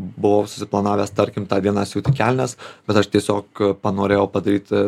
buvau susiplanavęs tarkim tą dieną siūti kelnes bet aš tiesiog panorėjau padaryti